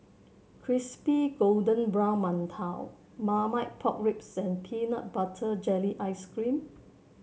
Crispy Golden Brown Mantou Marmite Pork Ribs and Peanut Butter Jelly Ice cream